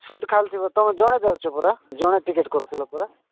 seat ଖାଲିଥିବ ତୁମେ ଜଣେ ଯାଉଛ ପରା ଜଣେ ଟିକେଟ କରିଥିଲ ପରା